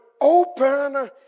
open